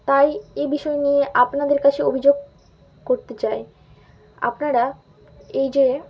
তাই এ বিষয় নিয়ে আপনাদের কাছে অভিযোগ করতে চাই আপনারা এই যে